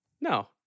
No